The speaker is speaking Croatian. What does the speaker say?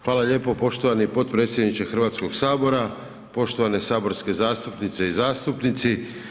Hvala lijepo poštovani potpredsjedniče Hrvatskoga sabora, poštovane saborske zastupnice i zastupnici.